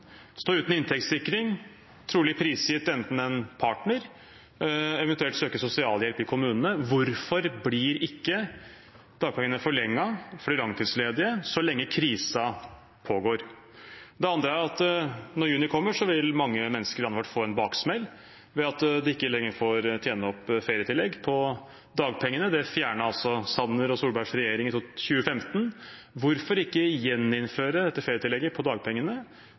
stå uten inntektssikring, trolig prisgitt enten en partner eller eventuelt å søke sosialhjelp i kommunene. Hvorfor blir ikke dagpengene forlenget for de langtidsledige så lenge krisen pågår? Det andre er at når juni kommer, vil mange mennesker i landet vårt få en baksmell, i og med at de ikke lenger får tjene opp feriepengetillegg på dagpengene. Det fjernet Sanner og Solbergs regjering i 2015. Hvorfor ikke gjeninnføre dette feriepengetillegget på dagpengene